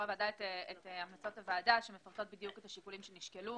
הוועדה את המלצות הוועדה שמפרטות בדיוק את השיקולים שנשקלו.